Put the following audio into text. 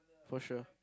for sure